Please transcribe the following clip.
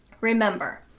Remember